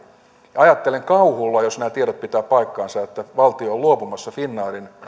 ja ajattelen kauhulla että jos nämä tiedot pitävät paikkansa että valtio on luopumassa finnairin